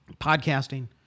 podcasting